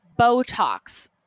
Botox